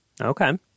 Okay